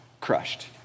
crushed